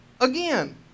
again